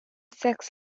sex